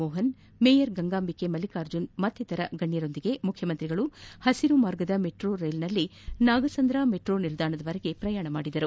Mohan mayor Gangambike Mallikarjun ಮತ್ತಿತರ ಗಣ್ಯರೊಂದಿಗೆ ಮುಖ್ಯಮಂತ್ರಿಗಳು ಹಸಿರು ಮಾರ್ಗದ ಮೆಟ್ರೋ ರೈಲಿನಲ್ಲಿ ನಾಗಸಂದ್ರ ಮೆಟ್ರೋ ನಿಲ್ದಾಣದವರೆಗೆ ಪ್ರಯಾಣ ಮಾಡಿದರು